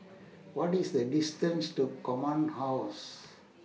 What IS The distance to Command House